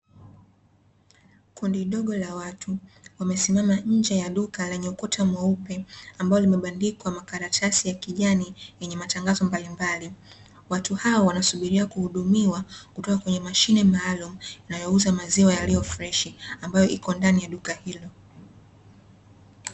Kundi dogo la watu wamesimama nje ya duka lenye ukuta mweupe, ambalo limebandikwa makaratasi ya kijani yenye matangazo mbalimbali, watu hawa wanasubiriwa kuhudumiwa kutoka kwenye mashine maalumu inayouza maziwa yaliyo freshi, ambayo iko ndani ya duka hilo.